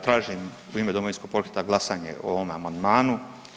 Tražim u ime Domovinskog pokreta glasanje o ovome amandmanu.